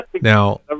Now